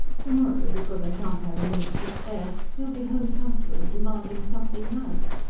to-morrow, because i shan't have a minute to spare, he'll be home punctually, demanding something nice.